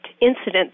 incident